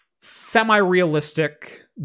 semi-realistic